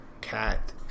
cat